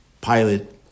pilot